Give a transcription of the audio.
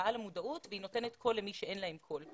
למודעות מה שנותן קול למי שאין לו קול.